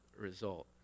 result